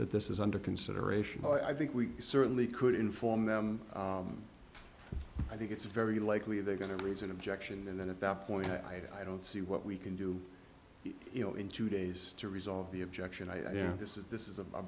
that this is under consideration i think we certainly could inform them i think it's very likely they're going to raise an objection and then at that point i don't see what we can do you know in two days to resolve the objection i you know this is this is